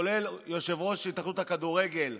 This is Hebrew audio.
כולל יושב-ראש התאחדות הכדורגל,